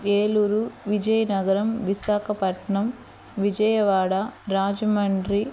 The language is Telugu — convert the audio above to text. ఏలూరు విజయ్నగరం విశాఖపట్నం విజయవాడ రాజమండ్రి